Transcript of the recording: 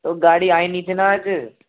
वो गाड़ी आई नहीं थी ना आज